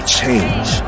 change